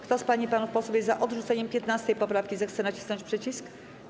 Kto z pań i panów posłów jest za odrzuceniem 15. poprawki, zechce nacisnąć przycisk.